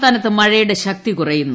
സംസ്ഥാനത്ത് മഴയുടെ ശക്തി കുറയുന്നു